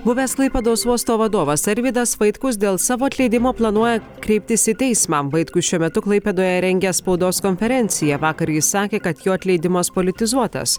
buvęs klaipėdos uosto vadovas arvydas vaitkus dėl savo atleidimo planuoja kreiptis į teismą vaitkus šiuo metu klaipėdoje rengia spaudos konferenciją vakar jis sakė kad jo atleidimas politizuotas